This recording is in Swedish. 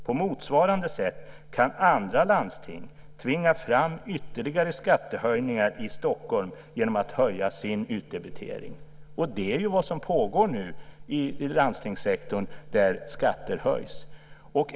På motsvarande sätt kan andra landsting tvinga fram ytterligare skattehöjningar i Stockholm genom att höja sin utdebitering. Det är ju vad som pågår nu i landstingssektorn där skatter höjs.